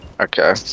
Okay